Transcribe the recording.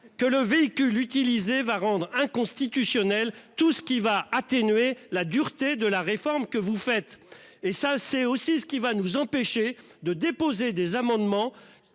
que le véhicule utilisé va rendre inconstitutionnelle. Tout ce qui va atténuer la dureté de la réforme que vous faites et ça c'est aussi ce qui va nous empêcher de déposer des amendements